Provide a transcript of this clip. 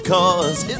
Cause